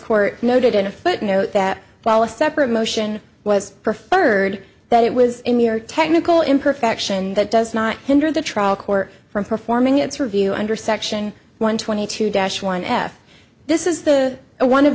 court noted in a footnote that while a separate motion was preferred that it was in your technical imperfection that does not hinder the trial court from performing its review under section one twenty two dash one f this is the one of